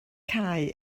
cae